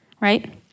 right